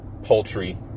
Poultry